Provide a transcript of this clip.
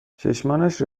چشمانش